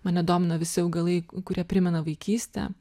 mane domina visi augalai k kurie primena vaikystę